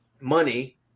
money